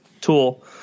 tool